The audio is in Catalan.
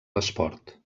l’esport